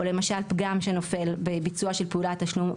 או למשל פגם שנופל בביצוע של הוראת תשלום,